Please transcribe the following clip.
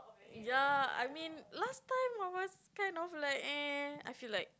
ya I mean last time I was kind of like eh I feel like